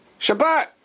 Shabbat